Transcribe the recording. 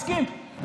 הסכים,